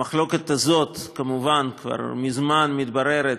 המחלוקת הזאת כמובן כבר מזמן מתבררת,